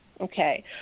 Okay